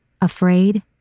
Afraid